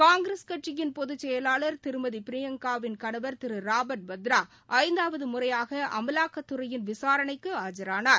காங்கிரஸ் கட்சியின் பொது செயலாளர் திருமதி பிரியங்காவின் கணவர் திரு ராபர்ட் வத்ரா ஐந்தாவது முறையாக அமலாக்கத்துறையின் விசாரணைக்கு ஆஜரானார்